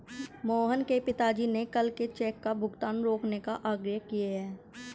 मोहन के पिताजी ने कल के चेक का भुगतान रोकने का आग्रह किए हैं